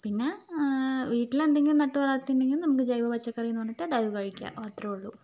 പിന്നെ വീട്ടിൽ എന്തെങ്കിലും നട്ടു വളർത്തിയിട്ടുണ്ടെങ്കിൽ നമുക്ക് ജൈവ പച്ചക്കറി എന്ന് പറഞ്ഞിട്ട് അത് ഉണ്ടാക്കി കഴിക്കാം അത്രേയുള്ളൂ